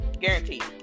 Guaranteed